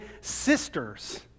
sisters